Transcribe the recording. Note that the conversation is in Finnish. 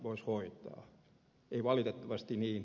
valitettavasti niin ei ole